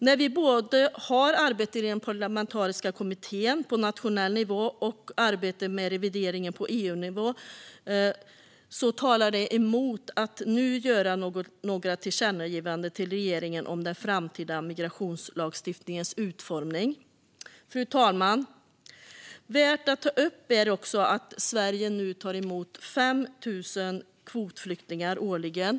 När vi har både arbetet i den parlamentariska kommittén på nationell nivå och arbetet med revideringen på EU-nivå talar det emot att nu göra några tillkännagivanden till regeringen om den framtida migrationslagstiftningens utformning. Fru talman! Värt att ta upp är också att Sverige nu tar emot 5 000 kvotflyktingar årligen.